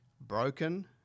Broken